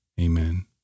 Amen